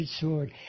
sword